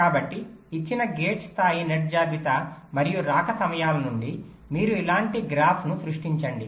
కాబట్టి ఇచ్చిన గేట్ స్థాయి నెట్ జాబితా మరియు రాక సమయాల నుండి మీరు ఇలాంటి గ్రాఫ్ను సృష్టించండి